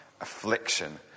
affliction